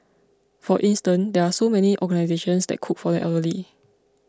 for instance there are so many organisations that cook for the elderly